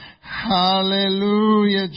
hallelujah